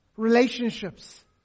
relationships